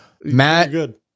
Matt